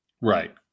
Right